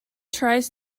tries